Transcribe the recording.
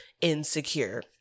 insecure